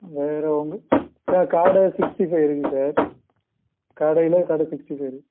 வேறு உங்கள் ஆ காடை சிக்ஸ்ட்டி ஃபைவ் இருக்குது சார் காடையில் காடை சிக்ஸ்ட்டி ஃபைவ் இருக்குது